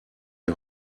die